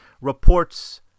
reports